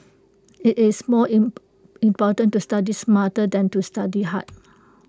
IT is more important to study smart than to study hard